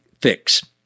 fix